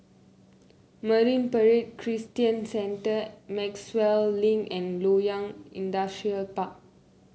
Marine Parade Christian Centre Maxwell Link and Loyang Industrial Park